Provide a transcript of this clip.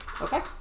Okay